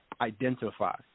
identify